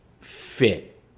fit